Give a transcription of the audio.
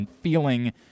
feeling